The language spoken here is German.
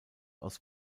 aus